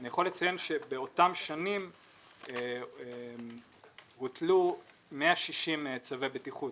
אני יכול לציין שבאותן שנים בוטלו 160 צווי בטיחות